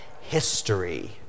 history